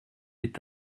est